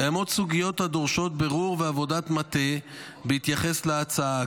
קיימות סוגיות הדורשות בירור ועבודת מטה בהתייחס להצעה.